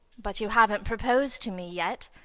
but you haven't proposed to me yet.